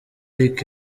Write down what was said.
luc